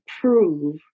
prove